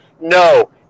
no